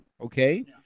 okay